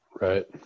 Right